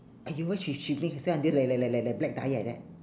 !aiyo! why she she make herself until like like like like like like black dye like that